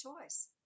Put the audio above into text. choice